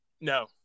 No